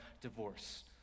divorce